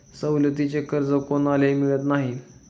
सवलतीचे कर्ज कोणालाही मिळत नाही